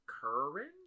current